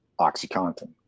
OxyContin